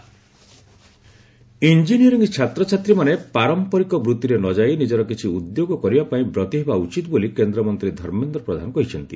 ପ୍ରଧାନ students engineering ଛାତ୍ରଛାତ୍ରୀମାନେ ପାରମ୍ପରିକ ବୃତ୍ତିରେ ନ ଯାଇ ନିଜର କିଛି ଉଦ୍ୟୋଗ କରିବା ପାଇଁ ବ୍ରତୀ ହେବା ଉଚିତ ବୋଲି କେନ୍ଦ୍ରମନ୍ତ୍ରୀ ଧର୍ମେନ୍ଦ୍ର ପ୍ରଧାନ କହିଛନ୍ତି